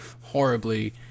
horribly